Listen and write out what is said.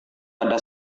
pada